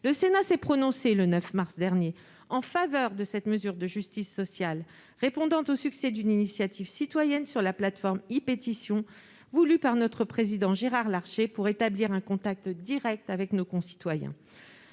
dernier, s'est prononcé en faveur de cette mesure de justice sociale, répondant au succès d'une initiative citoyenne sur la plateforme e-pétitions, voulue par le président Gérard Larcher pour établir un contact direct avec nos concitoyens.